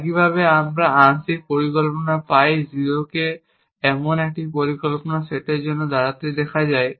একইভাবে এই আংশিক পরিকল্পনা পাই 0 কে এমন একটি পরিকল্পনার সেটের জন্য দাঁড়াতে দেখা যায়